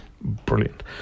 brilliant